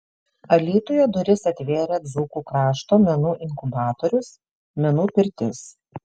alytuje duris atvėrė dzūkų krašto menų inkubatorius menų pirtis